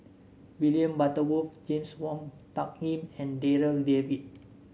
William Butterworth James Wong Tuck Yim and Darryl David